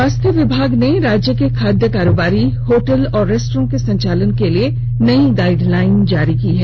स्वस्थ्य विभाग ने राज्य के खाद्य कारोबारी होटल और रेस्टोरेंट के संचालन के लिए नयी गाइड लाइन जारी की है